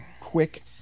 quick